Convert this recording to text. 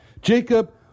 Jacob